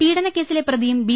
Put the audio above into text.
പീഡനക്കേസിലെ പ്രതിയും ബി